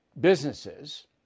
businesses